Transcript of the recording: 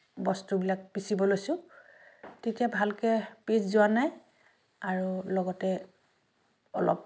বস্তুবিলাক পিচিব লৈছোঁ তেতিয়া ভালকৈ পিচ যোৱা নাই আৰু লগতে অলপ